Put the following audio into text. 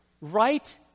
right